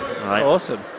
awesome